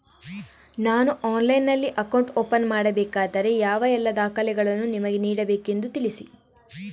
ನಾನು ಆನ್ಲೈನ್ನಲ್ಲಿ account open ಮಾಡಬೇಕಾದರೆ ಯಾವ ಎಲ್ಲ ದಾಖಲೆಗಳನ್ನು ನಿಮಗೆ ನೀಡಬೇಕೆಂದು ತಿಳಿಸಿ?